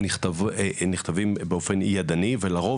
שנכתבים באופן ידני ולרוב,